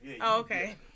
Okay